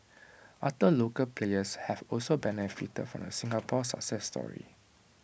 other local players have also benefited from the Singapore success story